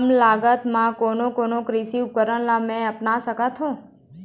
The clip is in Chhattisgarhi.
कम लागत मा कोन कोन कृषि उपकरण ला मैं अपना सकथो?